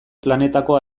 planetako